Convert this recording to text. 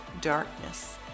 darkness